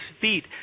feet